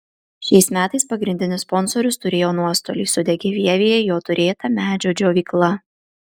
šiais metais pagrindinis sponsorius turėjo nuostolį sudegė vievyje jo turėta medžio džiovykla